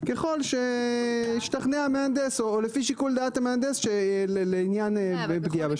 ככל שהשתכנע המהנדס או לפי שיקול דעת המהנדס לעניין פגיעה בשצ"פ.